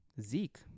Zeke